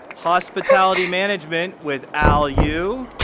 hospitality management with al yu.